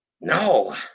No